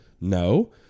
No